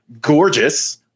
gorgeous